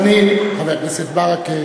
חנין, חבר הכנסת ברכה,